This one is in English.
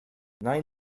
nine